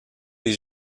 les